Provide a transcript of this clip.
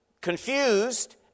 confused